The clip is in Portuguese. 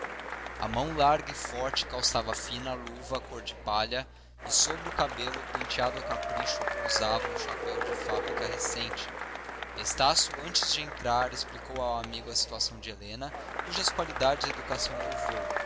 a mão larga e forte calçava fina luva cor de palha e sobre o cabelo penteado a capricho pousava um chapéu de fábrica recente estácio antes de entrar explicou ao amigo a situação de helena cujas qualidades e educação louvou